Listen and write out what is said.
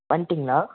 வந்துட்டீங்களா